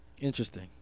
Interesting